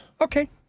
Okay